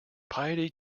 piety